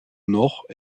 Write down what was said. nord